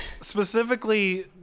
specifically